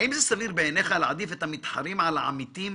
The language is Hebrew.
האם זה סביר בעיניך להעדיף את המתחרים על העמיתים